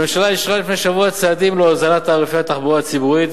הממשלה אישרה לפני שבוע צעדים להוזלת תעריפי התחבורה הציבורית,